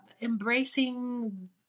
embracing